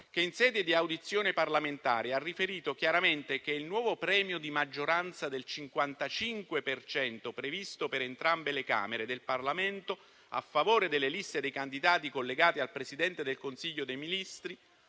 che, in sede di audizione parlamentare, ha riferito chiaramente che il nuovo premio di maggioranza del 55 per cento, previsto per entrambe le Camere del Parlamento a favore delle liste di candidati collegate al Presidente del Consiglio dei ministri,